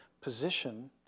position